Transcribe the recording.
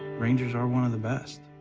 rangers are one of the best,